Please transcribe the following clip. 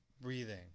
breathing